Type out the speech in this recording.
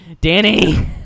Danny